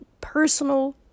personal